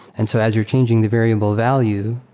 and so as you're changing the variable value,